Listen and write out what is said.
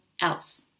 else